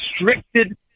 restricted